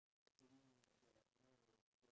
english please